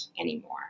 anymore